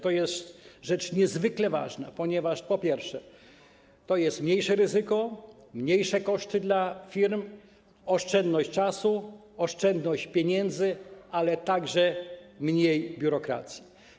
To jest rzecz niezwykle ważna, ponieważ to oznacza mniejsze ryzyko, mniejsze koszty dla firm, oszczędność czasu, oszczędność pieniędzy, ale także mniej biurokracji.